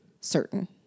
certain